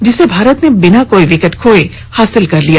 जिसे भारत ने बिना कोई विकेट खोए हासिल कर लिया